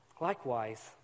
Likewise